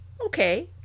okay